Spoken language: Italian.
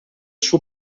suo